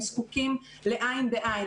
הם זקוקים לעין בעין,